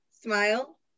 Smile